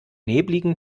nebeligen